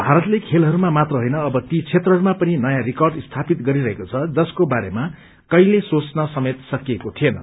भारतले खेलहरूमाम ात्र होइन अव ती क्षेत्रहरूमा पनि नयाँ रिकार्ड स्थापित गरीरहेको छ जसको बारेमा कहिल्यो सोच्न समेत सकिएको थिएन